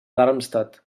darmstadt